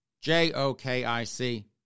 J-O-K-I-C